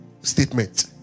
statement